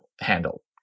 handle